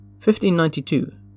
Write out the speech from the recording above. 1592